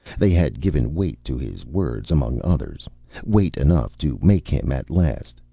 they had given weight to his words among others weight enough to make him, at last,